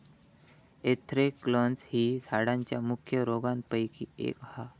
anthracnose ही झाडांच्या मुख्य रोगांपैकी एक हा